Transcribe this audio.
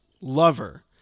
lover